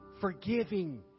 Forgiving